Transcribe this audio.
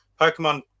Pokemon